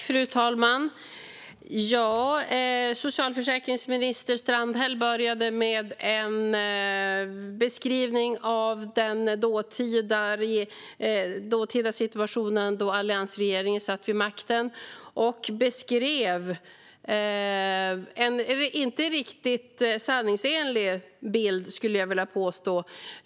Fru talman! Socialförsäkringsminister Strandhäll började med en beskrivning av den dåtida situationen då alliansregeringen satt vid makten. Det var inte en riktigt sanningsenlig bild, skulle jag vilja påstå.